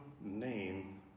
name